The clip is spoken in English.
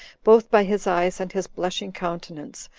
both by his eyes and his blushing countenance,